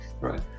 right